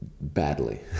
Badly